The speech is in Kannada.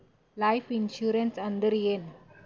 ಲೈಫ್ ಇನ್ಸೂರೆನ್ಸ್ ಅಂದ್ರ ಏನ?